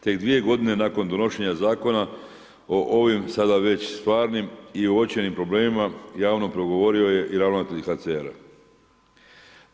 Tek dvije godine nakon donošenja zakona o ovim, sada već stvarnim i uočenim problemima, javno progovorio je i ravnatelj HCR-a.